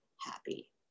happy